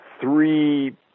three